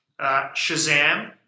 Shazam